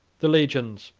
the legions,